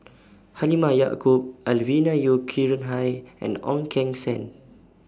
Halimah Yacob Alvin Yeo Khirn Hai and Ong Keng Sen